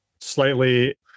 slightly